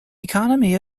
economy